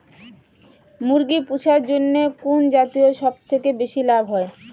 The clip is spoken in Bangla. মুরগি পুষার জন্য কুন জাতীয় সবথেকে বেশি লাভ হয়?